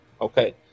Okay